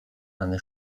eine